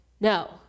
No